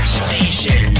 station